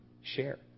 share